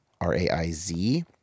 R-A-I-Z